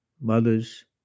Mothers